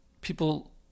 People